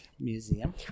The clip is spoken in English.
museum